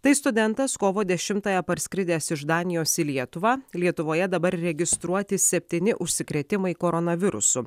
tai studentas kovo dešimtąją parskridęs iš danijos į lietuvą lietuvoje dabar registruoti septyni užsikrėtimai koronavirusu